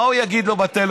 מה הוא יגיד לו בטלפון,